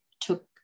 took